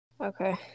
Okay